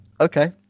okay